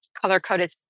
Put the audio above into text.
color-coded